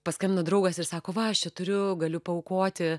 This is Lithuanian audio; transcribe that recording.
paskambino draugas ir sako va aš čia turiu galiu paaukoti